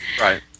Right